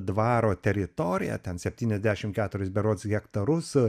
dvaro teritoriją ten septyniasdešim keturis berods hektarus